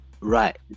right